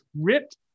ripped